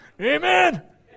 Amen